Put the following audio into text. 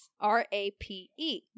R-A-P-E